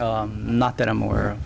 not that i'm aware of